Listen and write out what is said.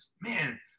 man